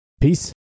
Peace